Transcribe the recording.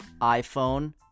iPhone